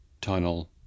tunnel